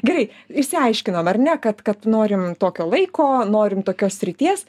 gerai išsiaiškinom ar ne kad kad norim tokio laiko norim tokios srities